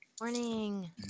morning